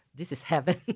this is heaven!